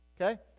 okay